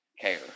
care